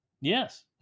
Yes